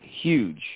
huge